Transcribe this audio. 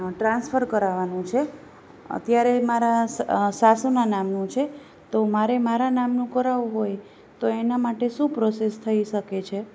transfer કરાવવાનું છે અત્યારે મારા સાસુના નામનું છે તો મારે મારા નામનું કરાવું હોય તો એના માટે શું પ્રોસેસ થઈ શકે છે